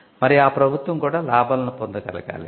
మరి ఆ ప్రభుత్వం కూడా లాభాలను పొందగలగాలి